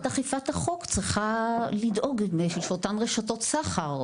אכיפת החוק צריכה לדאוג לאותם רשתות סחר,